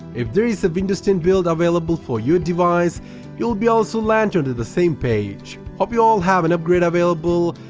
if there is a windows ten build available for your device you will be also land on to the same page. hope you all have an upgrade available.